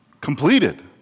completed